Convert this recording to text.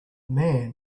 man